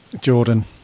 Jordan